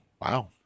Wow